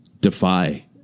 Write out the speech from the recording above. defy